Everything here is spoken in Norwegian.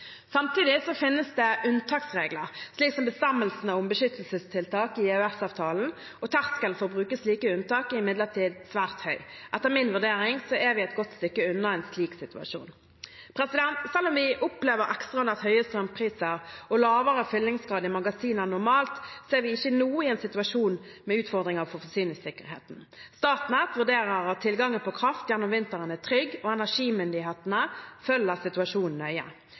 finnes det unntaksregler, slik som bestemmelsene om beskyttelsestiltak i EØS-avtalen. Terskelen for å bruke slike unntak er imidlertid svært høy. Etter min vurdering er vi et godt stykke unna en slik situasjon. Selv om vi opplever ekstraordinært høye strømpriser og lavere fyllingsgrad i magasinene enn normalt, er vi ikke nå i en situasjon med utfordringer for forsyningssikkerheten. Statnett vurderer at tilgangen på kraft gjennom vinteren er trygg, og energimyndighetene følger situasjonen nøye.